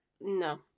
No